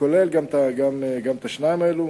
שכולל גם את השניים האלה,